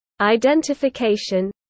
identification